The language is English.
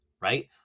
right